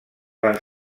van